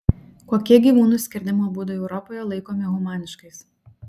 kokie gyvūnų skerdimo būdai europoje laikomi humaniškais